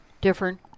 different